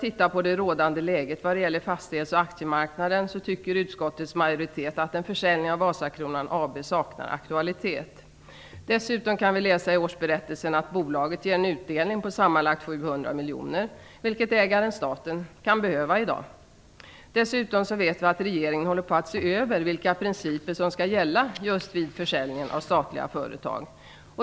I det rådande läget på fastighets och aktiemarknaden tycker utskottets majoritet att en försäljning av Vasakronan AB saknar aktualitet. Dessutom kan vi läsa i årsberättelsen att bolaget ger en utdelning på sammanlagt 700 miljoner, vilket ägaren, staten, kan behöva i dag. Dessutom vet vi att regeringen håller på och ser över vilka principer som skall gälla vid försäljningen av statliga företag.